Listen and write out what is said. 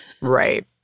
Right